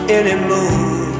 anymore